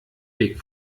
weg